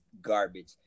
garbage